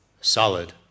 Solid